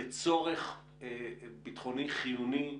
בצורך ביטחוני חיוני,